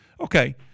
Okay